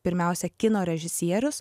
pirmiausia kino režisierius